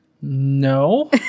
No